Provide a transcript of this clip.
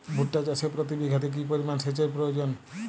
ভুট্টা চাষে প্রতি বিঘাতে কি পরিমান সেচের প্রয়োজন?